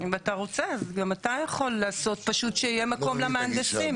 אם אתה רוצה אז גם אתה יכול לעשות פשוט שיהיה מקום למהנדסים.